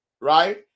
right